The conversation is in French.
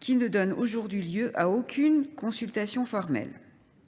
qui ne donne aujourd’hui lieu à aucune consultation formelle.